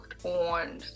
on